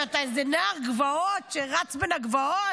שאתה איזה נער גבעות שרץ בין הגבעות?